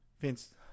Vince